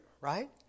right